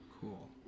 Cool